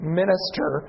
minister